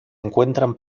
encuentran